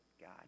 God